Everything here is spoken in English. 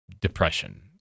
depression